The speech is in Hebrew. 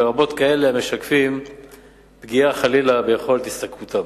לרבות כאלה המשקפים פגיעה חלילה ביכולת השתכרותם.